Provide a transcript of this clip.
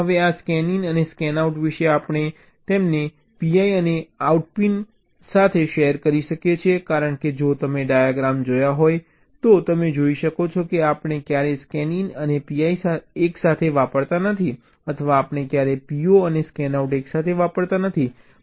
હવે આ સ્કેનઈન અને સ્કેનઆઉટ વિશે આપણે તેમને PI અને આઉટ પિન સાથે શેર કરી શકીએ છીએ કારણ કે જો તમે તે ડાયાગ્રામ જોયો હોત તો તમે જોઈ શકો છો કે આપણે ક્યારેય સ્કેનઈન અને PI એકસાથે વાપરતા નથી અથવા આપણે ક્યારેય PO અને સ્કેનઆઉટ એકસાથે વાપરતા નથી